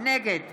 נגד